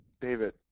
David